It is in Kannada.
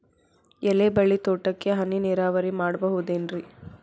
ಎಲೆಬಳ್ಳಿ ತೋಟಕ್ಕೆ ಹನಿ ನೇರಾವರಿ ಮಾಡಬಹುದೇನ್ ರಿ?